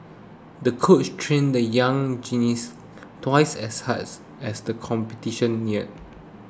the coach trained the young gymnast twice as hard as the competition neared